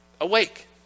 Awake